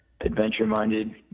adventure-minded